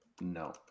No